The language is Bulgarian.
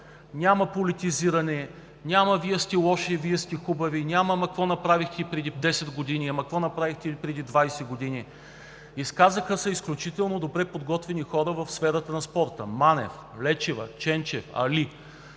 Няма политизиране, няма Вие сте лоши, Вие сте хубави, няма какво направихте преди 10 години, какво направихте преди 20 години. Изказаха се изключително добре подготвени хора в сферата на спорта – Манев, Лечева, Ченчев, Али.